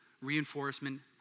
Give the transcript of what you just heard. reinforcement